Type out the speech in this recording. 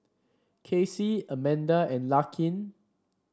Kacy Amanda and Larkin